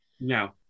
No